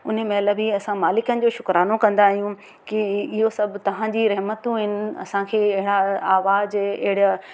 उन्हीअ महिल बि असां मालिकनि जो शुक्रानो कंदा आहियूं की इहो सभु तव्हांजी रहमतूं आहिनि असांखे आवाज़ अहिड़ा